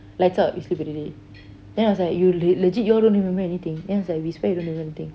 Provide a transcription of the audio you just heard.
lights out we sleep already then I was like you legit you all don't remember anything then they was like we swear we don't remember anything